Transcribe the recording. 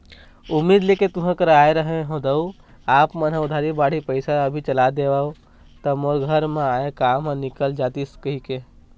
उम्मीद लेके तुँहर करा आय रहें हँव दाऊ आप मन ह उधारी बाड़ही पइसा अभी चला देतेव त मोर घर म आय काम ह निकल जतिस कहिके